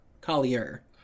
Collier